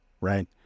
right